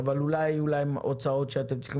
אבל אולי יהיו להם הוצאות שאתם צריכים